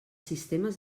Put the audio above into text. sistemes